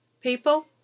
people